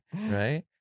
right